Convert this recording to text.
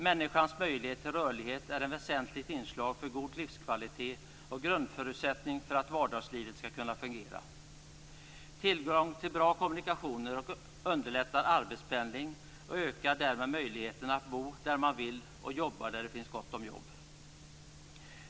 Människans möjlighet till rörlighet är ett väsentligt inslag för god livskvalitet och en grundförutsättning för att vardagslivet skall kunna fungera. Tillgång till bra kommunikationer underlättar arbetspendling och ökar därmed möjligheten för människor att bo där de vill och jobba där det finns gott om jobb.